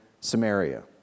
Samaria